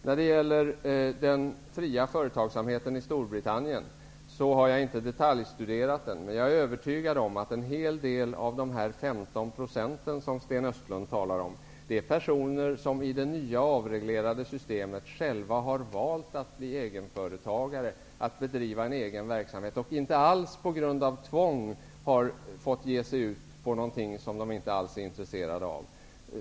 När det gäller den fria företagsamheten i Storbritannien har jag inte detaljstuderat förhållandena. Jag är dock övertygad om att en hel del av de 15 % som Sten Östlund talar om avser personer som vid det nya avregleringssystemet själva har valt att bli egenföretagre som bedriver egen verksamhet och som inte alls på grund av tvång har fått ge sig ut i någonting som de inte är intresserade av.